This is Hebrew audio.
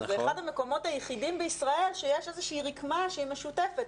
שזה אחד המקומות היחידים בישראל שיש איזושהי רקמה שהיא משותפת.